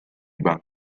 bank